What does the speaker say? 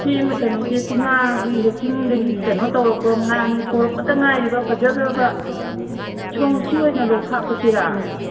ꯁꯤ ꯑꯃ ꯀꯩꯅꯣꯁꯦ ꯆꯤꯡꯉꯥꯒꯤ ꯆꯤꯡꯗꯒꯤ ꯀꯩꯅꯣ ꯇꯧꯔꯛꯄ ꯉꯥꯅꯤ ꯄꯣꯔꯛꯇ ꯉꯥꯏꯔꯤꯕ ꯐꯖꯈ꯭ꯔꯕ ꯁꯤ ꯑꯣꯏꯅ ꯍꯥꯞꯄꯁꯤꯔꯥ